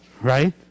right